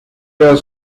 has